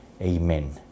Amen